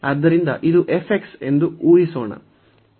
ಆದ್ದರಿಂದ ಇದು ಎಂದು ಊಹಿಸೋಣ